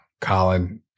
colin